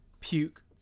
Puke